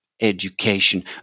education